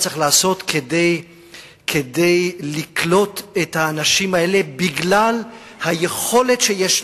כדי לקלוט את האנשים האלה, בגלל היכולת שיש לו.